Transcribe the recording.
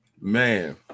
man